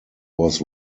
was